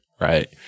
Right